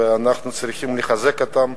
ואנחנו צריכים לחזק אותם.